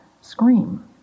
scream